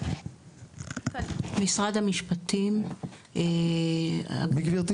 משרד המשפטים --- מי גברתי?